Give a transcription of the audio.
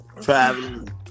traveling